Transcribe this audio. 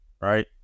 right